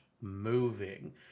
moving